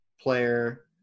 player